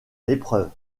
l’épreuve